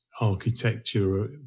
architecture